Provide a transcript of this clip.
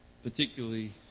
particularly